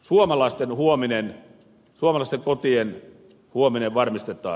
suomalaisten kotien huominen varmistetaan